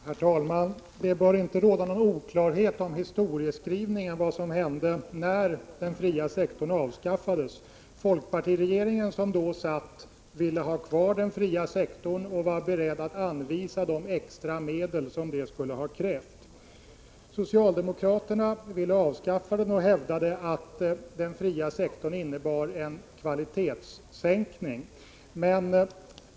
Herr talman! Det bör i historieskrivningen inte råda någon oklarhet om vad som hände när den fria sektorn avskaffades. Den dåvarande folkpartiregeringen ville ha kvar den fria sektorn, och var beredd att anvisa de extra medel som det skulle ha krävt. Socialdemokraterna ville avskaffa den och hävdade att den fria sektorn innebar en kvalitetssänkning.